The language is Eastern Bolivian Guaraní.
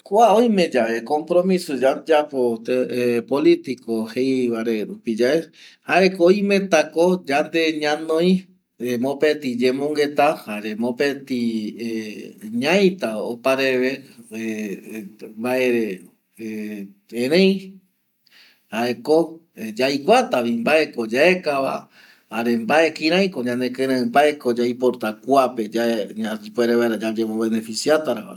Kua oime yave compromiso yayapo yave politico jeivare ye jaeko oimetako yande ñanoi mopeti ñemongueta jare mopeti ñaita opareve mbaere erei jaeko yaikuata vi mbae ko yaekava jare mbae ko kirei yande kirei yayemo beneficiatava.